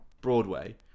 Broadway